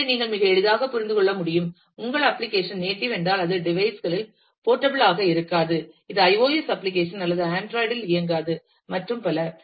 எனவே நீங்கள் மிக எளிதாக புரிந்து கொள்ள முடியும் உங்கள் அப்ளிகேஷன் நேட்டிவ் என்றால் அது டிவைஸ் களில் போர்ட்டபிள் ஆக இருக்காது இது iOS அப்ளிகேஷன் அல்ல ஆண்ட்ராய்டு இல் இயங்காது மற்றும் பல